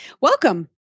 Welcome